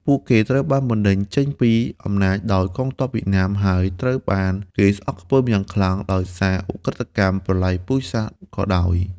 ពួកគេត្រូវបានបណ្ដេញចេញពីអំណាចដោយកងទ័ពវៀតណាម ហើយត្រូវបានគេស្អប់ខ្ពើមយ៉ាងខ្លាំងដោយសារឧក្រិដ្ឋកម្មប្រល័យពូជសាសន៍ក៏ដោយ។